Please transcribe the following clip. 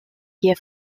gier